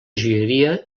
joieria